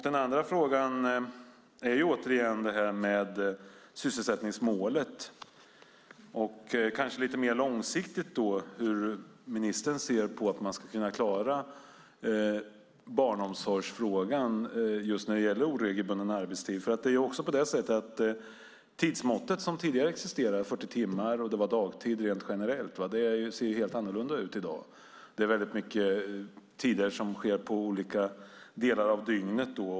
Den andra frågan handlar återigen om sysselsättningsmålet och kanske lite mer långsiktigt hur ministern ser på att man ska kunna klara barnomsorgsfrågan just när det gäller oregelbunden arbetstid. Det tidsmått som existerade tidigare - 40 timmars arbetsvecka och dagtid rent generellt - ser helt annorlunda ut i dag. Väldigt många tider ligger på olika delar av dygnet.